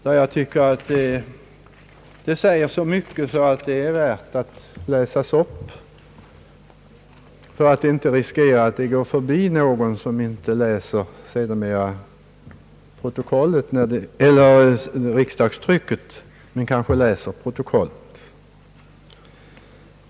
Det säger så mycket att jag tycker att det är värt att läsas upp för att det inte skall gå förbi dem som inte läst riksdagstrycket men som kanske läser protokollet.